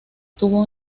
tuvo